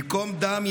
במקום דם,